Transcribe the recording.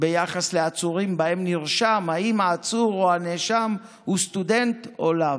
ביחס לעצורים שבהם נרשם אם העצור או הנאשם הוא סטודנט או לא.